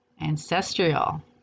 ancestral